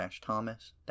Thomas